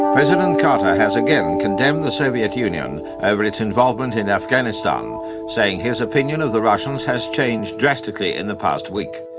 president carter has again condemned the soviet union over its involvement in afghanistan saying his opinion of the russians has changed drastically in the past week.